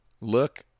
look